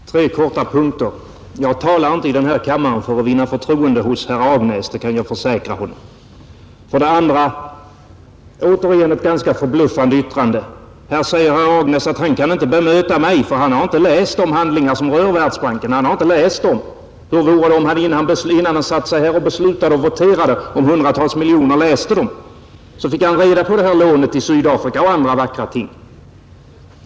Herr talman! Tre korta punkter! För det första: Jag talar inte här i kammaren för att vinna förtroende hos herr Agnäs, det kan jag försäkra honom. För det andra: Återigen ett ganska förbluffande yttrande! Här säger herr Agnäs att han inte kan bemöta mig, för han har inte läst de handlingar som rör Världsbanken. Hur vore det om han läste dem, innan han satte sig här och voterade och beslutade om hundratals miljoner? Då fick han reda på det här lånet till Sydafrika och andra vackra ting.